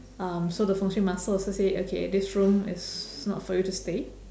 um so the 风水 master also say okay this room is not for you to stay